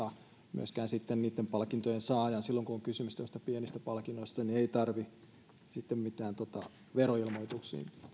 myöskään sitten niitten palkintojen saajan silloin kun on kysymys tämmöisistä pienistä palkinnoista ei tarvitse veroilmoituksiin